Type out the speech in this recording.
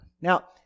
Now